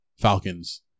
Falcons